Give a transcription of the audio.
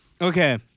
Okay